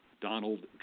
Donald